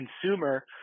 consumer